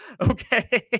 Okay